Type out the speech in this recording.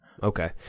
Okay